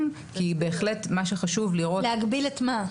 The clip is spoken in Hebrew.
כי בהחלט מה שחשוב זה לראות --- להגביל את מה?